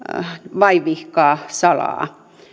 vaivihkaa salaa